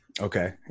Okay